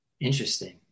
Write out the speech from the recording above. Interesting